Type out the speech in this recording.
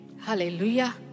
Hallelujah